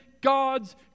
God's